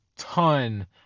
ton